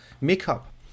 makeup